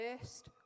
first